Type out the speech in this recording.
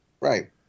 Right